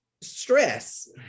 stress